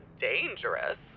dangerous